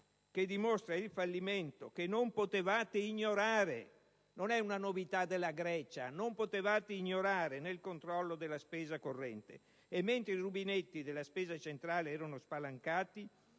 che dimostra il fallimento che non potevate ignorare. Non è una novità della Grecia: non lo potevate ignorare nel controllo della spesa corrente. E mentre i rubinetti della spesa centrale erano spalancati